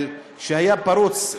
שהיה פרוץ,